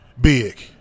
big